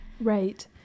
Right